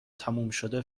تمومشده